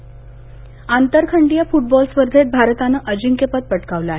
football आंतरखंडीय football स्पर्धेत भारतानं अजिंक्यपद पटकावलं आहे